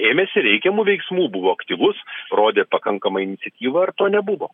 ėmėsi reikiamų veiksmų buvo aktyvus rodė pakankamą iniciatyvą ar to nebuvo